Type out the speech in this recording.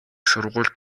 сургуульд